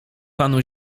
panu